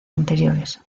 anteriores